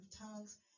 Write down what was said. tongues